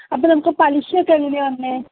അപ്പോൾ നമുക്ക് പലിശ ഒക്കെ എങ്ങനെയാണ് വരുന്നത്